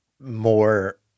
more